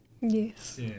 Yes